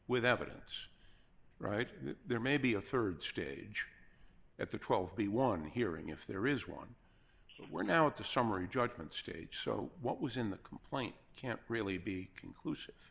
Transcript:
with evidence right there maybe a rd stage at the twelve the one hearing if there is one we're now at the summary judgment stage so what was in the complaint can't really be conclusi